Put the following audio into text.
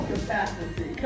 Capacity